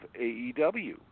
AEW